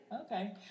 Okay